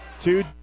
Two